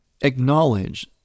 acknowledge